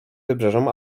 wybrzeżom